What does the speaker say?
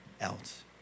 else